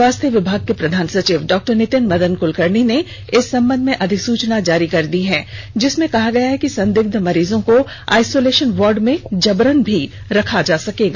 स्वास्थ्य विभाग के प्रधान सचिव डॉक्टर नीतिन मदन क्लकर्णी ने इस संबंध में अधिसूचना जारी कर दी है जिसमें कहा गया है कि संदिग्ध मरीजों को आइसोलेषन वार्ड में जबरन भी रखा जा सकेगा